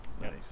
Nice